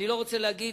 אני לא רוצה להגיד,